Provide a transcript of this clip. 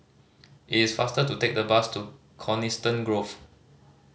it is faster to take the bus to Coniston Grove